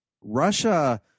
Russia